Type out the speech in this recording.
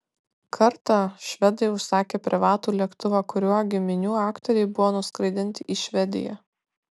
kartą švedai užsakė privatų lėktuvą kuriuo giminių aktoriai buvo nuskraidinti į švediją